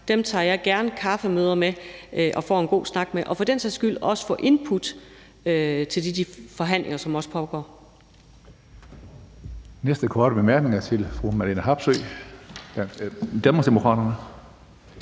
mig, tager jeg gerne kaffemøder med og får en god snak med – og for den sags skyld også får input fra til de forhandlinger, som også pågår.